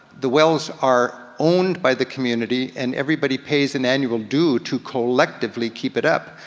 the wells are owned by the community and everybody pays an annual due to collectively keep it up.